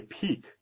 peak